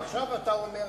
עכשיו אתה אומר זה,